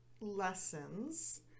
lessons